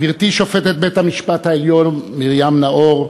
גברתי שופטת בית-המשפט העליון מרים נאור,